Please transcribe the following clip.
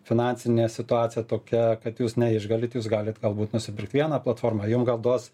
finansinė situacija tokia kad jūs neišgalit jūs galit galbūt nusipirkt vieną platformą jum gal duos